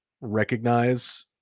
recognize